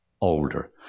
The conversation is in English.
older